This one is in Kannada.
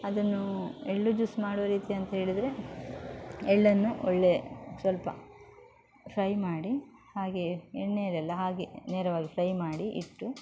ಅದನ್ನು ಎಳ್ಳು ಜ್ಯೂಸ್ ಮಾಡುವ ರೀತಿ ಅಂತ್ಹೇಳಿದ್ರೆ ಎಳ್ಳನ್ನು ಒಳ್ಳೆಯ ಸ್ವಲ್ಪ ಫ್ರೈ ಮಾಡಿ ಹಾಗೆ ಎಣ್ಣೆಯಲ್ಲಲ್ಲ ಹಾಗೆ ನೇರವಾಗಿ ಫ್ರೈ ಮಾಡಿ ಇಟ್ಟು